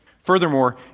Furthermore